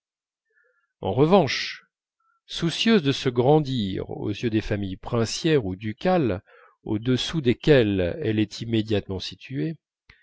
en revanche soucieuse de se grandir aux yeux des familles princières ou ducales au-dessous desquelles elle est immédiatement située